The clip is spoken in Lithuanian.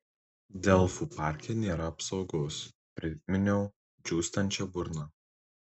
delfų parke nėra apsaugos priminiau džiūstančia burna